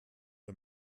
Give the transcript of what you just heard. der